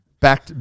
Back